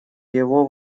его